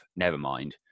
Nevermind